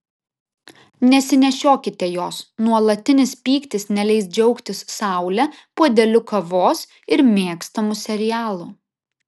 nesinešiokite jos nuolatinis pyktis neleis džiaugtis saule puodeliu kavos ir mėgstamu serialu